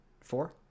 Four